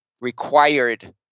required